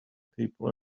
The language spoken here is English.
people